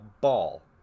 ball